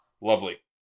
lovely